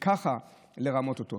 ככה לרמות אותו?